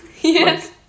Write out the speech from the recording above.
yes